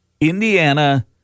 Indiana